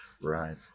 Right